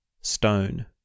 stone